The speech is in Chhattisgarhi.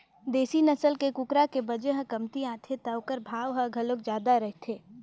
देसी नसल के कुकरा के बजन ह कमती आथे त ओखर भाव ह घलोक जादा रहिथे